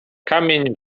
kamień